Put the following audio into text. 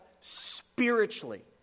spiritually